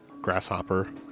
Grasshopper